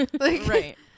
Right